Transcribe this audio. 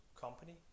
company